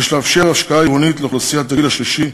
יש לאפשר השקעה עירונית באוכלוסיית הגיל השלישי,